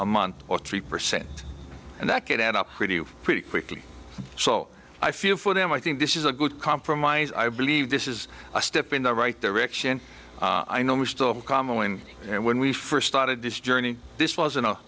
a month or three percent and that could add up pretty pretty quickly so i feel for them i think this is a good compromise i believe this is a step in the right direction i know we still commonly and when we first started this journey this was